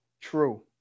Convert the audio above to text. true